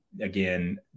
again